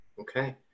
Okay